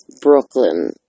Brooklyn